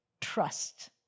Trust